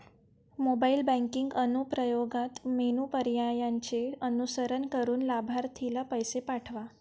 mobile banking अनुप्रयोगात menu पर्यायांचे अनुसरण करून लाभार्थीला पैसे पाठवा